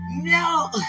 No